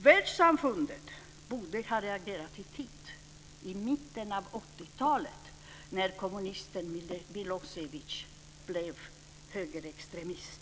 Världssamfundet borde ha reagerat i tid, i mitten av 80-talet, när kommunisten Milosevic blev högerextremist.